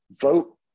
vote